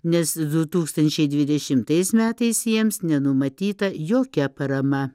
nes du tūkstančiai dvidešimtais metais jiems nenumatyta jokia parama